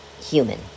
human